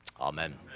Amen